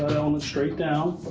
element straight down.